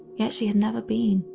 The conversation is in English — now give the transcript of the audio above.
yet she had never been.